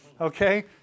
Okay